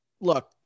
look